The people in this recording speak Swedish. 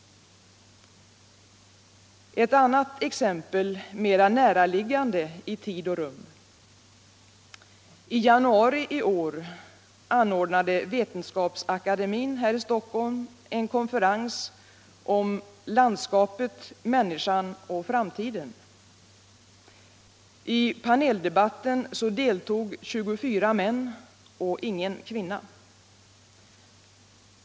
forskning Ett annat exempel, mera näraliggande i tid och rum: I januari i år anordnade Vetenskapsakademien här i Stockholm en konferens om Landskap, människan och framtiden. I paneldebatten deltog 24 män och ingen kvinna.